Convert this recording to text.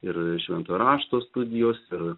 ir švento rašto studijos ir